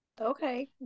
Okay